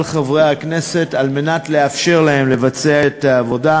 חברי הכנסת על מנת לאפשר להם לבצע את העבודה,